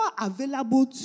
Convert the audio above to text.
available